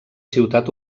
ciutat